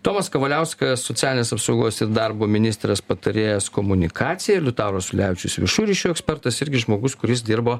tomas kavaliauskas socialinės apsaugos ir darbo ministras patarėjas komunikacijai liutauras ulevičius viešųjų ryšių ekspertas irgi žmogus kuris dirbo